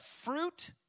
fruit